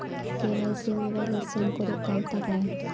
KYC मोबाईलातसून करुक गावता काय?